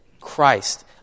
Christ